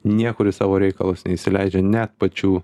niekur į savo reikalus neįsileidžia net pačių